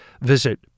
visit